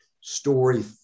story